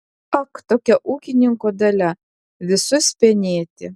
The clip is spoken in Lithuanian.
ak tokia ūkininko dalia visus penėti